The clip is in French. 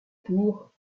pour